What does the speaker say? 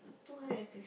two hundred and fif~